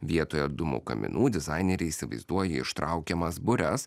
vietoje dūmų kaminų dizaineriai įsivaizduoja ištraukiamas bures